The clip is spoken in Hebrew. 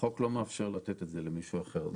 החוק לא מאפשר לתת את זה למישהו אחר.